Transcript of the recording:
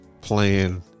playing